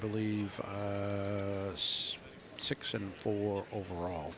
believe us six and four overall